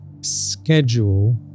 schedule